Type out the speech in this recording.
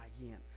again